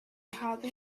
hardly